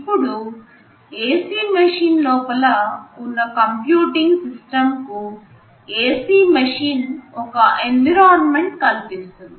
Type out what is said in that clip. ఇప్పుడు AC machine లోపల ఉన్న కంప్యూటింగ్ సిస్టమ్ కు AC మెషిన్ ఒక ఎన్విరాన్మెంట్ కల్పిస్తుంది